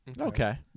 Okay